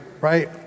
right